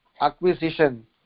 acquisition